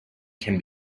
can